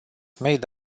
made